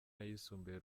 ayisumbuye